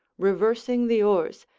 reversing the oars,